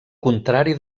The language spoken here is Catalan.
contrari